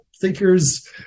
thinkers